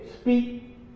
Speak